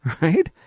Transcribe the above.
right